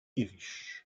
irish